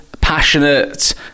passionate